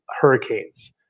hurricanes